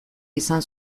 izan